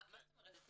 מה זאת אומרת,